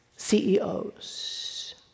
CEOs